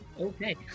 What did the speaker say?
Okay